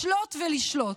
לשלוט ולשלוט.